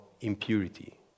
impurity